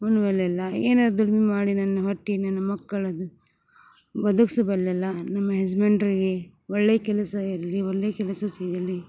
ಉಣ್ಣುವೆನಲ್ಲ ಏನಾರ ದುಡಿಮೆ ಮಾಡಿ ನನ್ನ ಹೊಟ್ಟೆ ನನ್ನ ಮಕ್ಕಳನ್ನು ಬದುಕ್ಸಬಲ್ಲಲ್ಲ ನಮ್ಮ ಹಸ್ಬೆಂಡ್ರಿಗೆ ಒಳ್ಳೆಯ ಕೆಲಸ ಇರಲಿ ಒಳ್ಳೆಯ ಕೆಲಸ ಸಿಗಲಿ